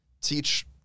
teach